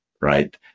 Right